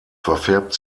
verfärbt